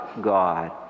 God